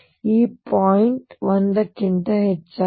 ಈ ಪಾಯಿಂಟ್ 1 ಕ್ಕಿಂತ ಹೆಚ್ಚಾಗಿದೆ